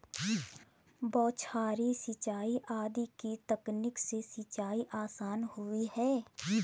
बौछारी सिंचाई आदि की तकनीक से सिंचाई आसान हुई है